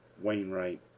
Wainwright